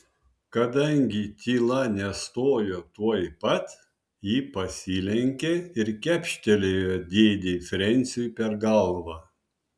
kadangi tyla nestojo tuoj pat ji pasilenkė ir kepštelėjo dėdei frensiui per galvą